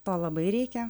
to labai reikia